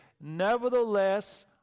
nevertheless